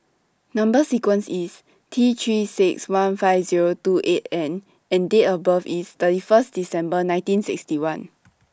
Number sequence IS T three six one five Zero two eight N and Date of birth IS thirty one December nineteen sixty one